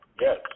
yes